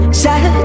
sad